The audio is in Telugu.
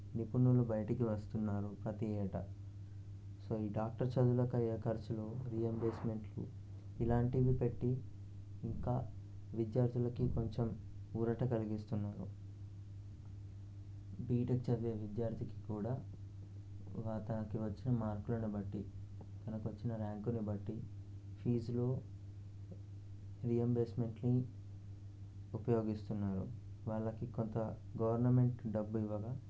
నిపుణులు బయటికి వస్తున్నారు ప్రతీ ఏటా సో ఈ డాక్టర్ చదువులకు అయ్యే ఖర్చులు రియంబర్స్మెంట్ ఇలాంటివి పెట్టి ఇంకా విద్యార్థులకి కొంచెం ఊరట కలిగిస్తున్నారు బీటెక్ చదివే విద్యార్థికి కూడా అతనికి వచ్చిన మార్కులను బట్టి తనకి వచ్చిన ర్యాంకును బట్టి ఫీజులు రియంబర్స్మెంట్ని ఉపయోగిస్తున్నారు వాళ్ళకి కొంత గవర్నమెంట్ డబ్బులు ఇవ్వగా